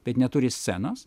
bet neturi scenos